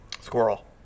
Squirrel